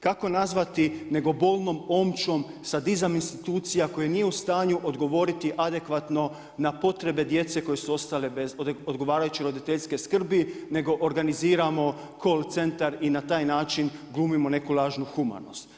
Kako nazvati nego bolnom omčom sadizam institucija koje nije u stanju odgovoriti adekvatno na potrebe djece koja su ostala bez odgovarajuće roditeljske skrbi, nego organiziramo cool centar i na taj način glumimo neku lažnu humanost?